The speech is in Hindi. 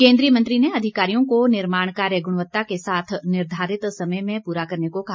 केंद्रीय मंत्री ने अधिकारियों को निर्माण कार्य गुणवत्ता के साथ निर्धारित समय में पूरा करने को कहा